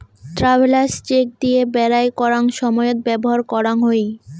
travellers cheque দিয়ে বেরায় করাঙ সময়ত ব্যবহার করাং হই